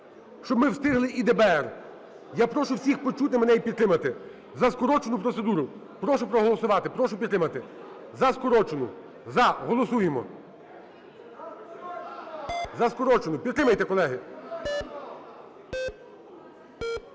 щоб ми встигли і ДБР. Я прошу всіх почути мене і підтримати. За скорочену процедуру прошу проголосувати. Прошу підтримати. За скорочену. "За" голосуємо. За скорочену. Підтримайте, колеги.